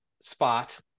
spot